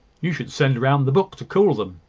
you should send round the book to cool them.